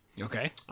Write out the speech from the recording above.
Okay